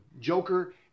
Joker